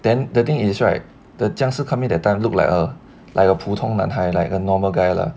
then the thing is right the 僵尸 come in that time look like a like a 普通男孩 like a normal guy lah